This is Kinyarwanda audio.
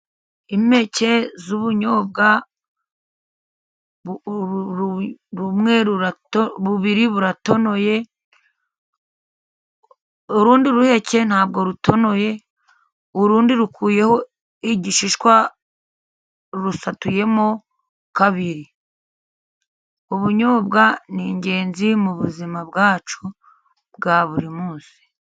Impeke z'ubunyobwa bubiri buratonoye, urundi ruheke nta bwo rutonoye. Urundi rukuyeho igishishwa rusatuyemo kabiri. Ubunyobwa ni ingenzi mu buzima bwacu bwa buri munsi.